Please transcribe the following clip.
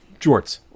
Jorts